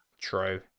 True